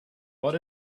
but